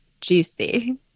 Juicy